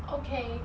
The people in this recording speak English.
okay